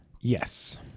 Yes